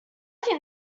think